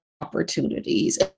opportunities